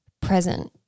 present